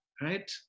right